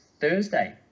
thursday